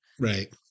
Right